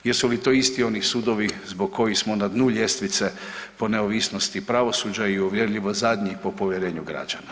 Jesu li to isti oni sudovi zbog kojih smo na dnu ljestvice po neovisnosti pravosuđa i uvjerljivo zadnji po povjerenju građana?